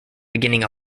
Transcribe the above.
beginning